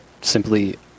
simply